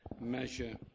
measure